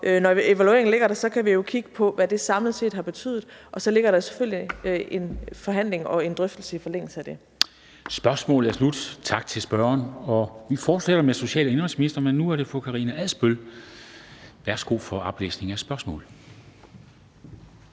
Når evalueringen ligger der, kan vi jo kigge på, hvad det samlet set har betydet, og så ligger der selvfølgelig en forhandling og en drøftelse i forlængelse af det. Kl. 13:13 Formanden (Henrik Dam Kristensen): Spørgsmålet er slut. Tak til spørgeren. Vi fortsætter med social- og indenrigsministeren, men nu er det fru Karina Adsbøl. Kl. 13:13 Spm.